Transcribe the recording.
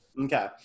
Okay